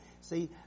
See